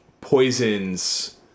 poisons